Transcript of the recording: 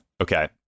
Okay